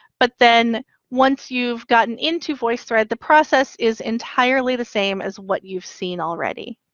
but then once you've gotten into voicethread, the process is entirely the same as what you've seen already.